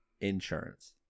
insurance